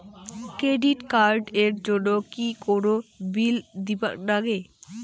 Credit card এর জন্যে কি কোনো বিল দিবার লাগে?